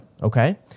Okay